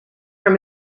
from